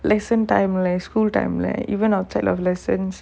lesson time leh school time leh even outside of lessons